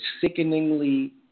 sickeningly